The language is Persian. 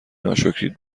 ناشکرید